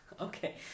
Okay